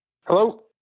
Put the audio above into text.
Hello